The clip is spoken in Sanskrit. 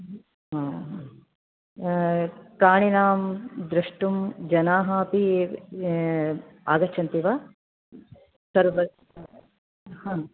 हा हा प्राणिनां द्रष्टुं जनाः अपि आगच्छन्ति वा सर्वं हा